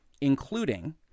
including